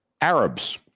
Arabs